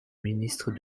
ministre